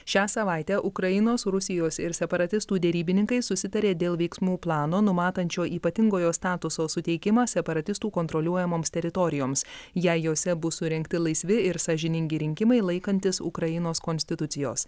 šią savaitę ukrainos rusijos ir separatistų derybininkai susitarė dėl veiksmų plano numatančio ypatingojo statuso suteikimą separatistų kontroliuojamoms teritorijoms jei jose bus surengti laisvi ir sąžiningi rinkimai laikantis ukrainos konstitucijos